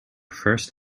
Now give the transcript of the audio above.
first